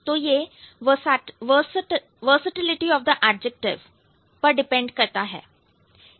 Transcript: तो यह versatility of the adjective versatility of adjective पर डिपेंड करता है